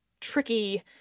tricky